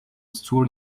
stool